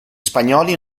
spagnoli